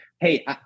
hey